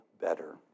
better